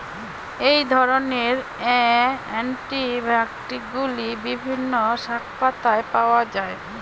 এই ধরনের অ্যান্টিঅক্সিড্যান্টগুলি বিভিন্ন শাকপাতায় পাওয়া য়ায়